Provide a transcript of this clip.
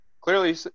Clearly